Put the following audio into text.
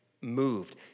moved